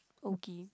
okie